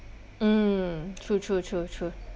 mm true true true true